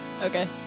Okay